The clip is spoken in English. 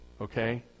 okay